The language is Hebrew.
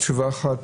רק שאלה אחת